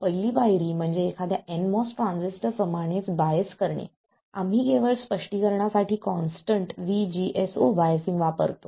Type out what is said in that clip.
पहिली पायरी म्हणजे एखाद्या nMOS ट्रान्झिस्टर प्रमाणेच बायस करणे आम्ही केवळ स्पष्टीकरणासाठी कॉन्स्टंट VGS0 बायसिंग वापरतो